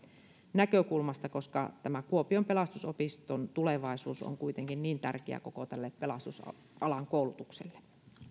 näkökulmasta koska tämä kuopion pelastusopiston tulevaisuus on kuitenkin niin tärkeä koko tälle pelastusalan koulutukselle